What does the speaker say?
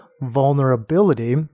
vulnerability